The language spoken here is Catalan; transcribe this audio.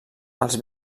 els